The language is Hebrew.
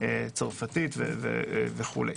צרפתית וכו'.